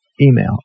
email